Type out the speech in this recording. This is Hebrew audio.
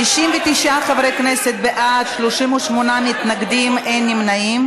69 חברי כנסת בעד, 38 מתנגדים, אין נמנעים.